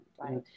right